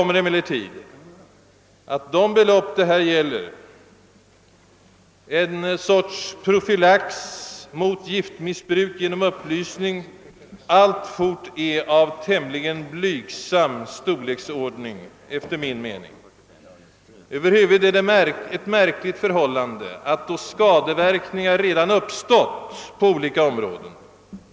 Men de belopp det här gäller — för att bedriva en viss profylax mot giftmissbruk genom upplysning som medel — är enligt min mening alltfort av tämligen blygsam storleksordning. över huvud taget är det ett märkligt förhållande att vi så relativt lätt sätter in mångmiljonbelopp på sjukvårdande åtgärder och terapeutiskt arbete, då skadeverkningar på olika områden redan uppstått.